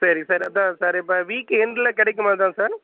சரி சார் அதுதான் சார் இப்போ வீக் எண்டில் கிடைக்குமாதான் சார்